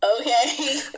Okay